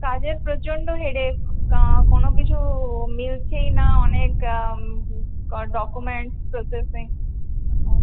কাজের প্রচন্ড হেডেক কা কোন কিছু মিলছেই না অনেক ডকুমেন্ট তো ওর জন্যেই